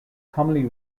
commonly